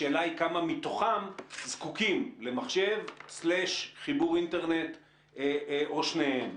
השאלה היא כמה מתוכם זקוקים למחשב / לחיבור לאינטרנט או לשניהם.